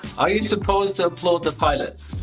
are you supposed to applaud the pilot?